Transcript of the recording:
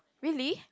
really